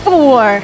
Four